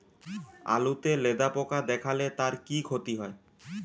আলুতে লেদা পোকা দেখালে তার কি ক্ষতি হয়?